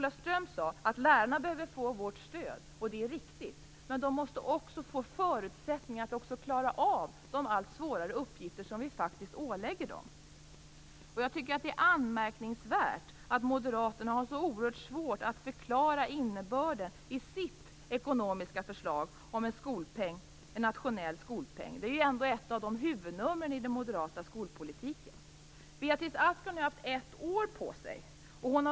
Lärarna behöver få vårt stöd, precis som Ola Ström sade. Men de måste också få förutsättningar att klara av de allt svårare uppgifter som vi ålägger dem. Jag tycker att det är anmärkningsvärt att Moderaterna har så oerhört svårt att förklara innebörden i sitt ekonomiska förslag om en nationell skolpeng. Det är ju ändå ett av huvudnumren i den moderata skolpolitiken. Beatrice Ask har nu haft ett år på sig.